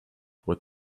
what